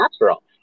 natural